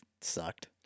sucked